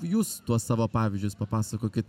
jūs tuos savo pavyzdžius papasakokit